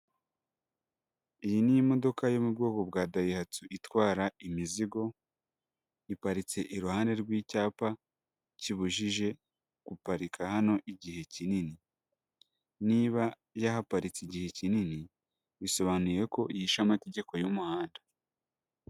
Iyi ni imodoka yo mu bwoko bwa Dayihatsu itwara imizigo, iparitse iruhande rw'icyapa kibujije guparika hano igihe kinini, niba yahaparitse igihe kinini bisobanuye ko yishe amategeko y'umuhanda.